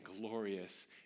glorious